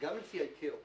גם לפי ה-ICAO